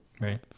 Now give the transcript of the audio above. Right